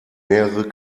mehrere